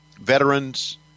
veterans